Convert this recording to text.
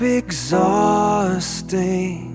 exhausting